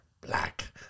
Black